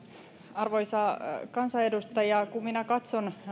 arvoisa kansanedustaja kun minä katson